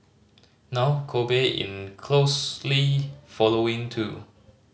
now Kobe in closely following too